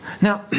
Now